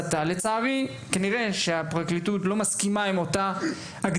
לצערי כנראה שיש חוסר הסכמה בין משרד החינוך לבין